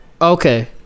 Okay